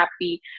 happy